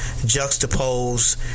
juxtapose